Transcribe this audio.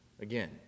again